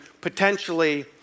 potentially